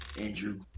Andrew